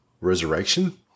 Resurrection